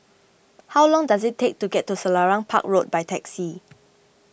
how long does it take to get to Selarang Park Road by taxi